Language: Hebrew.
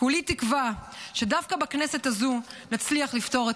כולי תקווה שדווקא בכנסת הזו נצליח לפתור את